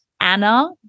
Anna